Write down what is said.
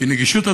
כי נגישות,